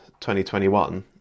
2021